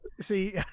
See